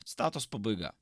citatos pabaiga